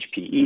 HPE